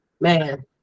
man